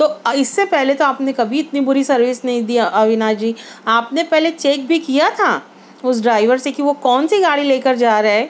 تو اس سے پہلے تو آپ نے کبھی اتنی بری سروس ںہیں دیا اوناش جی آپ نے پہلے چیک بھی کیا تھا اس ڈرائیور سے کہ وہ کون سی گاڑی لے کر جا رہا ہے